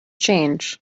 change